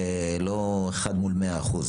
לא 1 מול 100 אחוז.